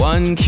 One